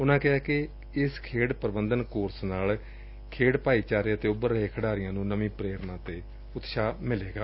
ਉਨਾਂ ਕਿਹਾ ਕਿ ਇਸ ਖੇਡ ਪ੍ਰਬੰਧਨ ਕੋਰਸ ਨਾਲ ਖੇਡ ਭਾਈਚਾਰੇ ਅਤੇ ਉੱਭਰ ਰਹੇ ਖਿਡਾਰੀਆ ਨੂੰ ਨਵੀਂ ਪ੍ਰੇਰਨਾ ਅਤੇ ਉਤਸ਼ਾਹ ਮਿਲੇਗਾ